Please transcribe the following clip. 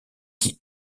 qui